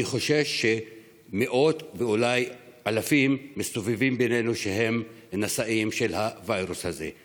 אני חושש שמאות ואולי אלפים שהם נשאים של הווירוס הזה מסתובבים בינינו.